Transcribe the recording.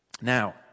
Now